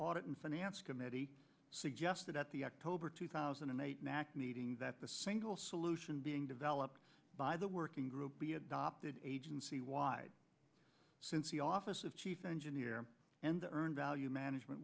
audit and finance committee suggested at the october two thousand and eight nack meeting that the single solution being developed by the working group be adopted agency wide since the office of chief engineer and the urn value management